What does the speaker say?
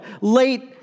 late